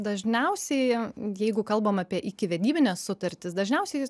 dažniausiai jeigu kalbam apie ikivedybines sutartis dažniausiai